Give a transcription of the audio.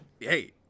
hey